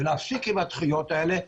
ולהפסיק עם הדחיות האלה.